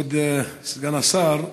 כבוד סגן השר,